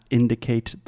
indicate